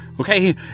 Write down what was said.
okay